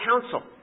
council